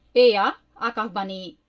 a yeah ah company